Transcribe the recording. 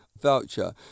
voucher